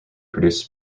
produced